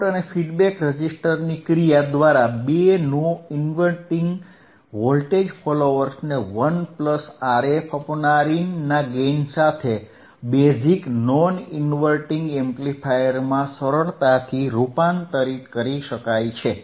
input અને feedback રેઝિસ્ટર્સની ક્રિયા દ્વારા બે નોન ઇન્વર્ટીંગ વોલ્ટેજ ફોલોઅર્સને 1RfRin ના ગેઇન સાથે બેઝિક નોન ઇન્વર્ટીંગ એમ્પ્લીફાયરમાં સરળતાથી રૂપાંતરિત કરી શકાય છે